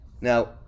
Now